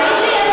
מי שיש